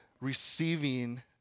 receiving